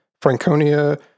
Franconia